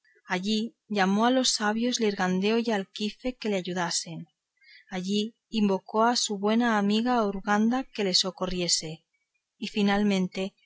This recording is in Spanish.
allí llamó a los sabios lirgandeo y alquife que le ayudasen allí invocó a su buena amiga urganda que le socorriese y finalmente